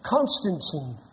Constantine